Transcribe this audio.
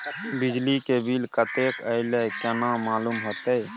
बिजली के बिल कतेक अयले केना मालूम होते?